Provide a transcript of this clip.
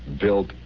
built